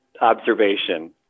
observation